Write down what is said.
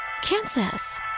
Kansas